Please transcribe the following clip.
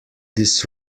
this